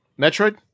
Metroid